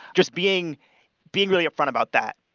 just being being really upfront about that.